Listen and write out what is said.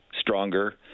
stronger